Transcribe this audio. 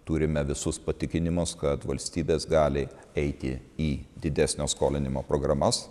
turime visus patikinimus kad valstybės gali eiti į didesnio skolinimo programas